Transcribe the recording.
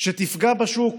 שתפגע בשוק